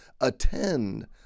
Attend